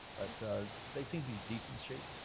but they seem to be decent shape.